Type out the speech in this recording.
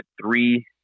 three